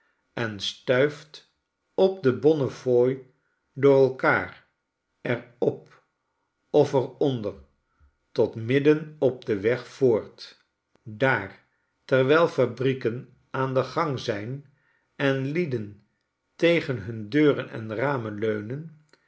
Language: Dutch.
en stuift op de bonnefooi w door elkaar er op of er onder tot midden op den weg voort daar terwijl fabrieken aan den gang zijn en lieden tegen hun deuren en ramen leunen